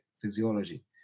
physiology